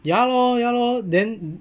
ya lor ya lor then